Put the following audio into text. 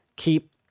keep